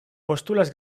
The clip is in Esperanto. postulas